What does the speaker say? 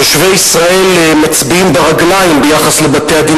תושבי ישראל מצביעים ברגליים ביחס לבתי-הדין